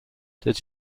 did